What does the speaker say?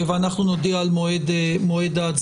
אנחנו נודיע על מועד ההצבעה.